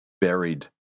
buried